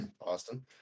Austin